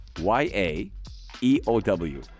Y-A-E-O-W